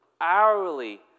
hourly